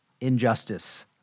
injustice